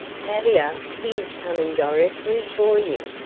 tavia! he is coming directly for you!